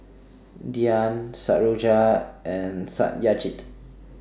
Dhyan Satyendra and Satyajit